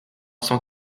cent